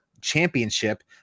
championship